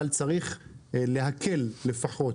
אבל צריך להקל לפחות,